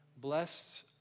Blessed